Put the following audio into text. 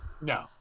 No